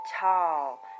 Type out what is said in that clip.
tall